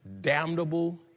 damnable